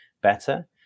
better